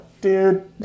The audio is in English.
dude